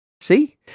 See